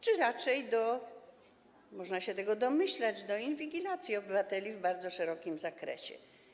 Czy raczej, można się tego domyślać, do inwigilacji obywateli w bardzo szerokim zakresie?